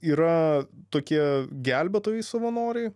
yra tokie gelbėtojai savanoriai